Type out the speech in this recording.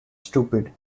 stupid